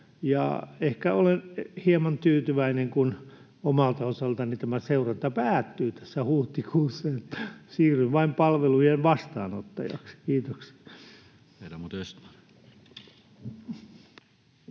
ehkä olen hieman tyytyväinen, kun omalta osaltani tämä seuranta päättyy tässä huhtikuussa, ja siirryn vain palvelujen vastaanottajaksi. — Kiitoksia.